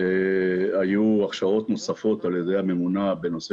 היו הכשרות נוספות על ידי הממונה בנושא